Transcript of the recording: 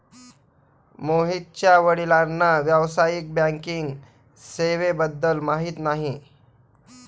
मोहितच्या वडिलांना व्यावसायिक बँकिंग सेवेबद्दल माहिती नाही